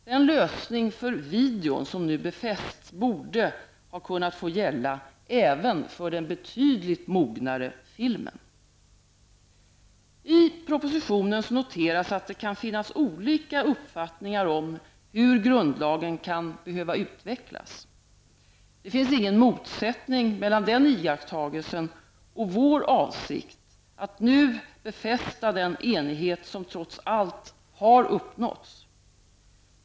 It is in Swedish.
Den lösning för videon som nu befästs borde ha kunnat få gälla även för den betydligt mognare filmen. I propositionen noteras att det kan finnas olika uppfattningar om hur grundlagen kan behöva utvecklas. Det finns ingen motsättning mellan den iakttagelsen och vår avsikt att nu befästa den enighet som trots allt har uppnåtts.